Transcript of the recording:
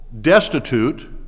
destitute